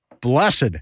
blessed